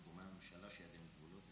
גורמי הממשלה שידיהם כבולות,